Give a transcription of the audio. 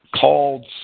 Called